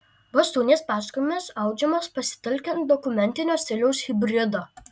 bastūnės pasakojimas audžiamas pasitelkiant dokumentinio stiliaus hibridą